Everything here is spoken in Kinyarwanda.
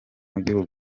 w’igihugu